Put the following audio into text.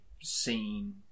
scene